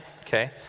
okay